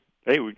hey